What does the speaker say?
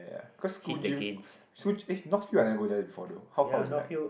ya cause school gym school eh North Hill I never go there before though how how is it like